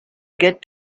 get